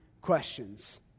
questions